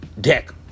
deck